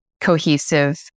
cohesive